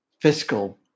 fiscal